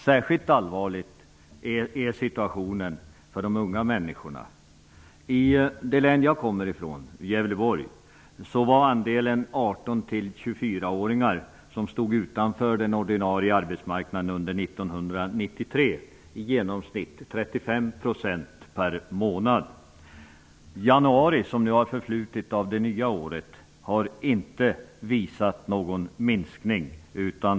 Särskilt allvarlig är situationen för de unga människorna. I det län jag kommer från, 1993 i genomsnitt 35 % per månad. Januari, som nu har förflutit av det nya året, har inte visat på någon minskning.